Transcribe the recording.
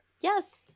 Yes